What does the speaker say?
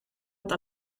het